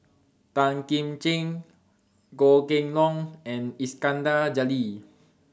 Tan Kim Ching Goh Kheng Long and Iskandar Jalil